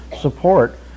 support